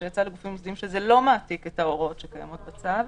שזה לא מעתיק את ההוראות שקיימות בצו.